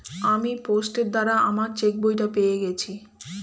আমি পোস্টের দ্বারা আমার চেকবইটা পেয়ে গেছি